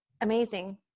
amazing